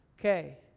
Okay